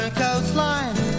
coastline